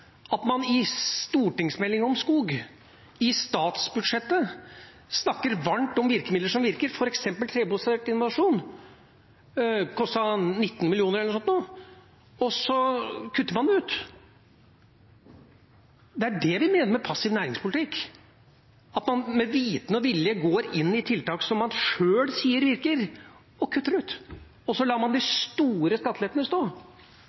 at man i en stortingsmelding om skog og i statsbudsjettet snakker varmt om virkemidler som virker, f.eks. trebasert innovasjon. Det kostet 19 mill. kr eller noe sånt. Og så kutter man det ut. Det er det vi mener med passiv næringspolitikk – at man med vitende og vilje går inn for tiltak som man sjøl sier virker, og så kutter dem ut, men lar de store skattelettene, som man